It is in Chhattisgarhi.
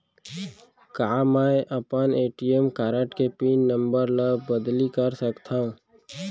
का मैं अपन ए.टी.एम कारड के पिन नम्बर ल बदली कर सकथव?